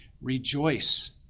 rejoice